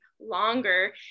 longer